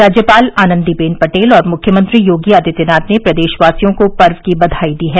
राज्यपाल आनन्दीबेन पटेल और मुख्यमंत्री योगी आदित्यनाथ ने प्रदेशवासियों को पर्व की बधाई दी है